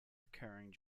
occurring